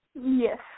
Yes